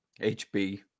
HB